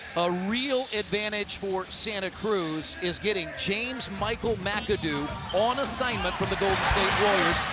a real advantage for santa cruz is getting james michael mcadoo on assignment from the golden state warriors.